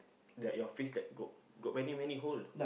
that your face like got got many many hole